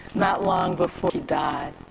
not long before he died.